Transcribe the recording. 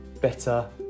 better